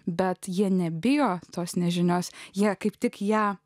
bet jie nebijo tos nežinios jie kaip tik ją